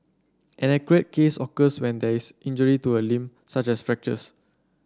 an acute case occurs when there is injury to a limb such as fractures